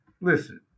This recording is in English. Listen